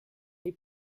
les